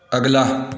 ਅਗਲਾ